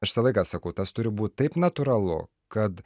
aš visą laiką sakau tas turi būt taip natūralu kad